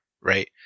right